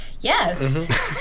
Yes